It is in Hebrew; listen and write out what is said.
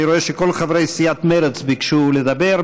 אני רואה שכל חברי סיעת מרצ ביקשו לדבר.